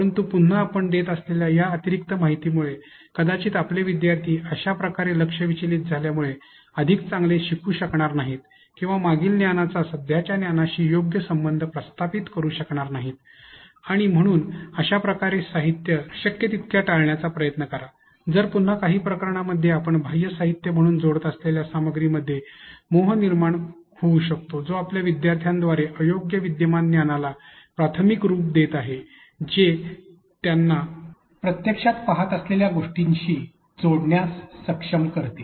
परंतु पुन्हा आपण देत असलेल्या या अतिरिक्त माहितीमुळे कदाचित आपले विद्यार्थी अशा प्रकारे लक्ष विचलित झाल्यामुळे अधिक चांगले शिकू शकणार नाहीत किंवा मागील ज्ञानाचा सध्याच्या ज्ञानाशी योग्य संबंध प्रस्थापित करू शकणार नाहीत आणि म्हणून अशा प्रकारे साहित्य शक्य तितक्या टाळण्याचा प्रयत्न करा तर पुन्हा काही प्रकरणांमध्ये आपण बाह्य साहित्य म्हणून जोडत असलेल्या या सामग्रीमध्येही मोह निर्माण होऊ शकतो जो आपल्या विद्यार्थ्यांद्वारे अयोग्य विद्यमान ज्ञानाला प्राथमिक रूप देत आहे जे त्यांना प्रत्यक्षात पहात असलेल्या गोष्टीशी जोडण्यास सक्षम करते